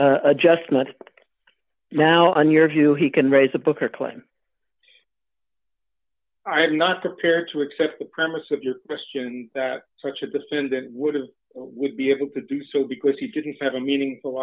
two adjustments now in your view he can raise a poker claim i am not prepared to accept the premise of your question that such a defendant would have would be able to do so because he didn't have a meaningful